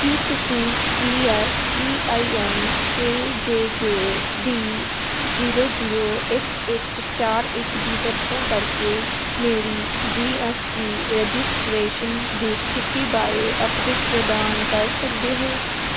ਕੀ ਤੁਸੀਂ G S T I N K J J D zero zero ਇੱਕ ਇੱਕ ਚਾਰ ਇੱਕ ਦੀ ਵਰਤੋਂ ਕਰਕੇ ਮੇਰੀ ਜੀ ਐੱਸ ਟੀ ਰਜਿਸਟ੍ਰੇਸ਼ਨ ਦੀ ਸਥਿਤੀ ਬਾਰੇ ਅੱਪਡੇਟ ਪ੍ਰਦਾਨ ਕਰ ਸਕਦੇ ਹੋ